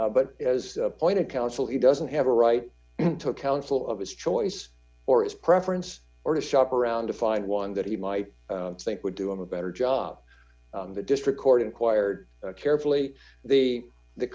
counsel but as appointed counsel he doesn't have a right to counsel of his choice or his preference or to shop around to find one that he might think would do a better job on the district court inquired carefully the the